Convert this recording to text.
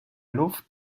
luft